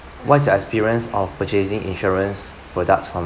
what's your experience of purchasing insurance products from